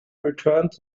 returned